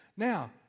Now